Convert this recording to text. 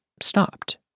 stopped